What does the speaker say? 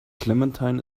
clementine